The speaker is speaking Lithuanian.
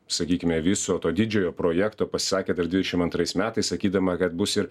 sakykime viso to didžiojo projekto pasisakė dar dvidešim antrais metais sakydama kad bus ir